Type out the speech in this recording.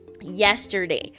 yesterday